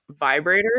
vibrators